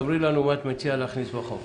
תאמרי לנו מה את מציעה להכניס בחוק.